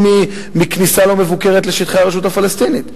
מכניסה לא מבוקרת לשטחי הרשות הפלסטינית,